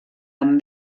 amb